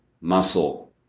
muscle